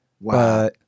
Wow